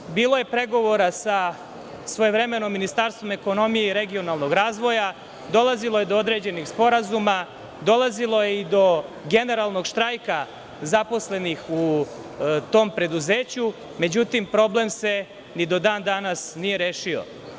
Prema tome, bilo je pregovora svojevremeno sam Ministarstvom ekonomije i regionalnog razvoja, dolazilo je do određenih sporazuma, dolazilo je i do generalnog štrajka zaposlenih u tom preduzeću, međutim, problem se ni do dan danas nije rešio.